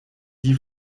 dix